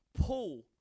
pull